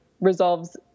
resolves